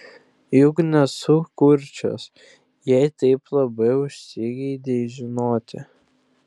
juk nesu kurčias jei taip labai užsigeidei žinoti